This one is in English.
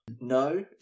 No